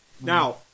Now